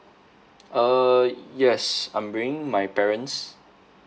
uh yes I'm bringing my parents